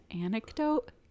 anecdote